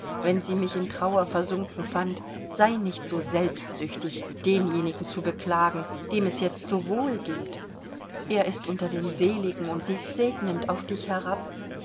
wenn sie mich in trauer versunken fand sei nicht so selbstsüchtig denjenigen zu beklagen dem es jetzt so wohl geht er ist unter den seligen und sieht segnend auf dich herab